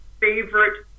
favorite